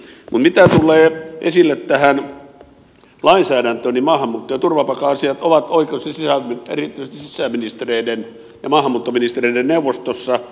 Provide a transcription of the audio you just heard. mutta mitä tulee tähän lainsäädäntöön niin maahanmuutto ja turvapaikka asiat ovat erityisesti sisäministereiden ja maahanmuuttoministereiden neuvostossa